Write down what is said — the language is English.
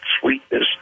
sweetness